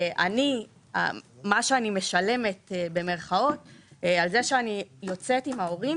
מה שאני משלמת במירכאות על זה שאני יוצאת עם ההורים